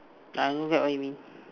I don't get what you mean